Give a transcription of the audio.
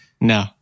No